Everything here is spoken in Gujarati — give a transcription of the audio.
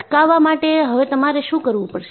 અટકાવા માટે હવે તમારે શું કરવું પડશે